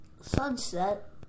Sunset